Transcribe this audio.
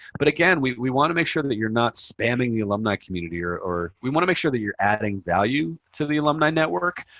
but again, we we want to make sure that you're not spamming the alumni community or or we want to make sure that you're adding value to the alumni network,